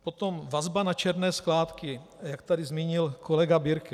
Potom vazba na černé skládky, jak tady zmínil kolega Birke.